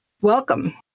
Welcome